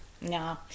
No